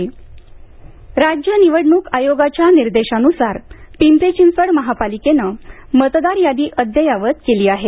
मतदार यादी राज्य निवडणूक आयोगाच्या निर्देशानुसार पिंपरी चिंचवड महापालिकेनं मतदार यादी अद्ययावत केली आहे